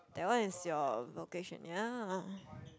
that one is your vocation ya